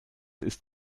ist